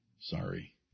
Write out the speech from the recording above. Sorry